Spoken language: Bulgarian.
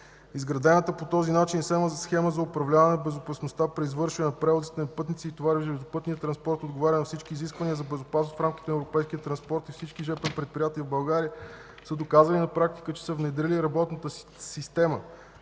Изградената по този начин схема за управляване безопасността при извършване на превозите на пътници и товари в железопътния транспорт отговаря на всички изисквания за безопасност в рамките на европейския транспорт и всички жп предприятия в България са доказали на практика, че са внедрили работната система